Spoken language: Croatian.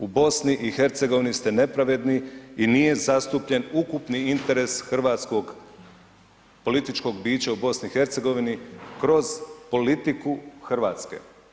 U BiH ste nepravedni i nije zastupljen ukupni interes hrvatskog političkog bića u BiH kroz politiku Hrvatske.